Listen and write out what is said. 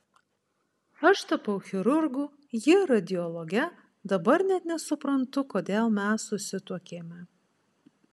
aš tapau chirurgu ji radiologe dabar net nesuprantu kodėl mes susituokėme